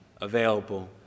available